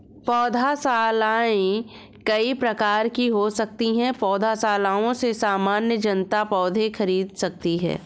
पौधशालाएँ कई प्रकार की हो सकती हैं पौधशालाओं से सामान्य जनता पौधे खरीद सकती है